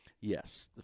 Yes